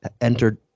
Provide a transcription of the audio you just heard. entered